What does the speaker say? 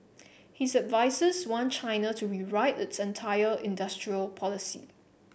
his advisers want China to rewrite its entire industrial policy